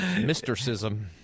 mysticism